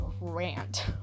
rant